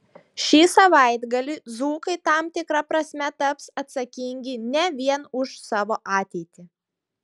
šį savaitgalį dzūkai tam tikra prasme taps atsakingi ne vien už savo ateitį